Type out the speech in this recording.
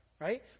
right